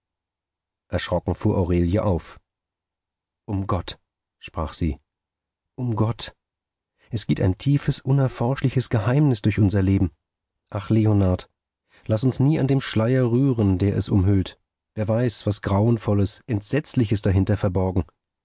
erschrocken fuhr aurelie auf um gott sprach sie um gott es geht ein tiefes unerforschliches geheimnis durch unser leben ach leonard laß uns nie an dem schleier rühren der es umhüllt wer weiß was grauenvolles entsetzliches dahinter verborgen